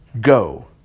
Go